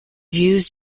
used